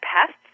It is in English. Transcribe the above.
pests